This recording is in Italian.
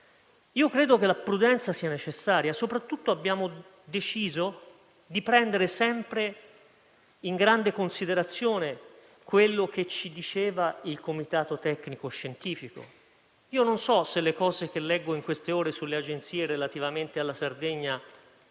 Credo che la prudenza sia necessaria. Soprattutto, abbiamo deciso di prendere sempre in grande considerazione quello che ci diceva il comitato tecnico-scientifico. Non so se le cose che leggo nelle ultime ore sulle agenzie relativamente alla Sardegna